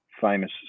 famous